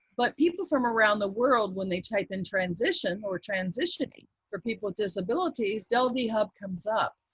but people from around the world when they type in transition or transitioning for people disabilities, deldhub comes up.